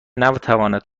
نتوانند